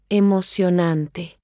emocionante